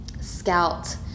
Scout